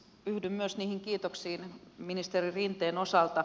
yhdyn myös kiitoksiin ministeri rinteen osalta